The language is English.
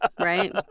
right